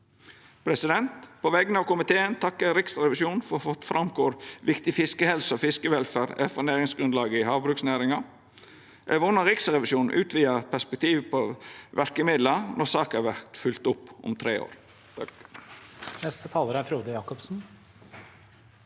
På vegner av komiteen takkar eg Riksrevisjonen for å ha fått fram kor viktig fiskehelse og fiskevelferd er for næringsgrunnlaget i havbruksnæringa. Eg vonar Riksrevisjonen utvidar perspektivet på verkemidla når saka vert følgt opp om tre år.